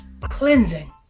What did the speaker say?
cleansing